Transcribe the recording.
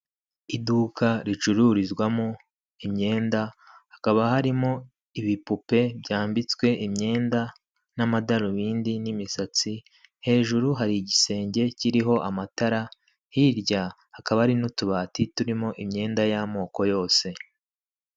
Iduka ricururizwamo imyenda hakaba harimo ibipupe byambitswe imyenda n'amadarubindi n'imisatsi, hejuru hari igisenge kiriho amatara, hirya hakaba hari n'utubati turimo imyenda y'amoko yose.